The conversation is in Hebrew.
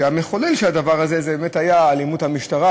והמחולל של הדבר הזה באמת היה אלימות המשטרה,